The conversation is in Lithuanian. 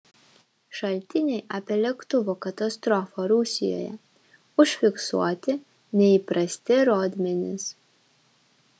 šaltiniai apie lėktuvo katastrofą rusijoje užfiksuoti neįprasti rodmenys